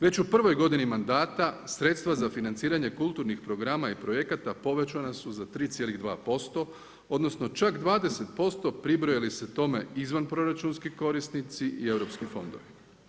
Već u prvoj godini mandata sredstva za financiranje kulturnih programa i projekata povećana su za 3,2% odnosno čak 20% pribrojile li se time izvanproračunski korisnici i europski fondovi.